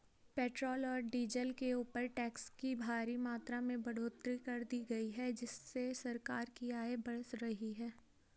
petrol और diesel के ऊपर टैक्स की भारी मात्रा में बढ़ोतरी कर दी गई है जिससे सरकार की आय बढ़ रही है